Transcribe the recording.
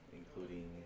including